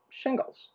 shingles